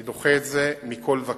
אני דוחה את זה מכול וכול.